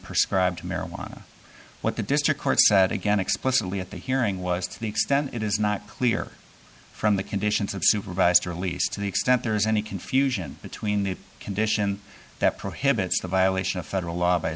perscribe to marijuana what the district court said again explicitly at the hearing was to the extent it is not clear from the conditions of supervised release to the extent there is any confusion between the condition that prohibits the violation of federal law by